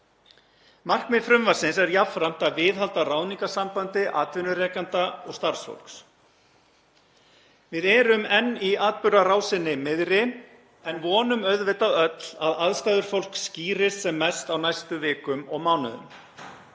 Markmið frumvarpsins er jafnframt að viðhalda ráðningarsambandi atvinnurekenda og starfsfólks. Við erum enn í atburðarásinni miðri en vonum auðvitað öll að aðstæður fólks skýrist sem mest á næstu vikum og mánuðum.